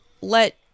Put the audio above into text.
let